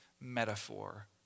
metaphor